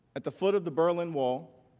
at the foot of the berlin wall